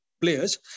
players